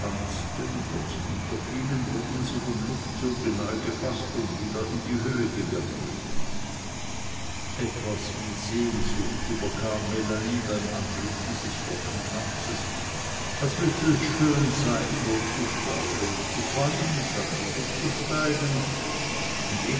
und wenn sie niederfielen wurden sie vom luftzuge neu gefaßt und wieder in die höhe gewirbelt etwas wie sehnsucht überkam melanie beim anblick dieses flockentanzes als müsse es schön sein so zu steigen und zu fallen und dann wieder zu steigen und